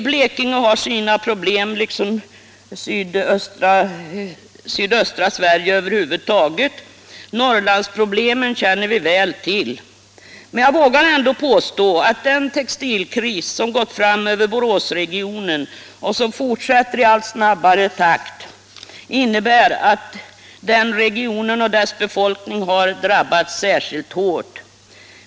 Blekinge har sina problem liksom sydöstra Sverige över huvud taget, och Norrlandsproblemen känner vi väl till. Men jag vågar ändå påstå att den textilkris som gått fram över Boråsregionen och som sprider sig i allt snabbare takt innebär att den regionen och dess befolkning drabbats särskilt hårt.